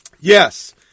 Yes